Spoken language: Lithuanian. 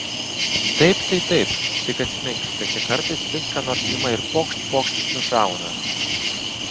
taip tai taip tik atsimink kad čia kartais vis ką nors ima ir pokšt pokšt nušauna